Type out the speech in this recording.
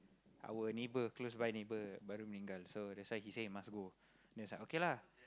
our neighbour close by neighbour baru meninggal so that's why he say must go then I was like okay lah